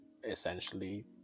essentially